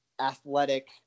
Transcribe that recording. athletic